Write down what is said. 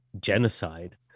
genocide